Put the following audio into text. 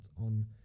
on